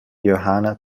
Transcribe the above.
joanna